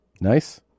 Nice